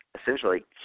essentially